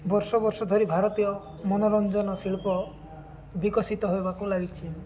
ବର୍ଷ ବର୍ଷ ଧରି ଭାରତୀୟ ମନୋରଞ୍ଜନ ଶିଳ୍ପ ବିକଶିତ ହେବାକୁ ଲାଗିଛି